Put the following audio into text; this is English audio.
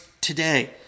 today